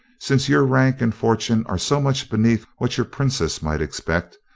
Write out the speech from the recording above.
since your rank and fortune are so much beneath what your princess might expect,